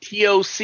TOC